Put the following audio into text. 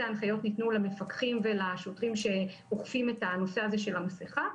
הנחיות ניתנו למפקחים ולשוטרים שאוכפים את הנושא הזה של המסכה.